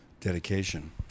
dedication